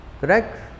correct